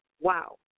Wow